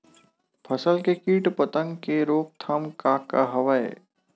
फसल के कीट पतंग के रोकथाम का का हवय?